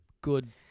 good